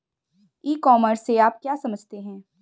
ई commerce से आप क्या समझते हैं?